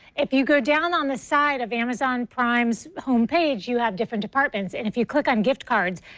if you go down on the side of amazon's prime's home page, you have different departments and if you click on gift cards,